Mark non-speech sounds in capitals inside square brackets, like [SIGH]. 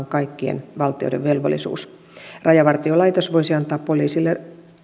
[UNINTELLIGIBLE] kaikkien valtioiden velvollisuus rajavartiolaitos voisi antaa poliisille